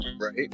right